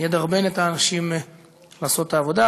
ידרבן את האנשים לעשות את העבודה.